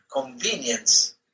convenience